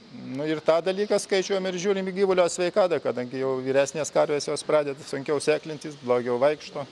nu ir tą dalyką skaičiuojam ir žiūrim į gyvulio sveikatą kadangi jau vyresnės karvės jos pradeda sunkiau sėklintis blogiau vaikšto